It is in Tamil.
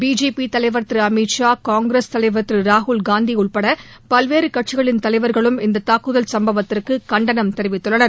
பிஜேபி தலைவர் திரு அமித்ஷா காங்கிரஸ் தலைவர் திரு ராகுல்காந்தி உள்பட பல்வேறு கட்சிகளின் தலைவர்களும் இந்த தாக்குதல் சம்பவத்திற்கு கண்டனம் தெரிவித்துள்ளனர்